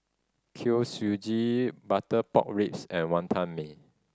Kuih Suji butter pork ribs and Wonton Mee